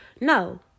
No